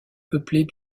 peuplée